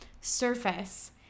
surface